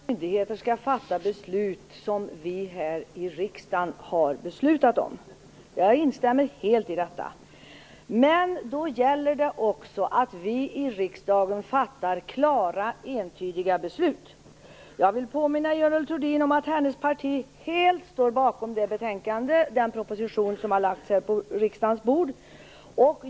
Herr talman! Jag håller helt med Görel Thurdin om att myndigheter skall fatta beslut i enlighet med det som riksdagen har beslutat om. Jag instämmer helt i det. Men då gäller det också att riksdagen fattar klara, entydiga beslut. Jag vill påminna Görel Thurdin om att hennes parti helt står bakom förslagen i det betänkande och den proposition som har lagts på riksdagens bord.